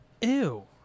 Ew